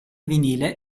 vinile